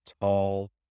tall